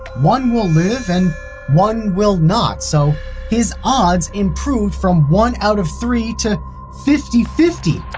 one will live and one will not so his odds improved from one out of three to fifty fifty,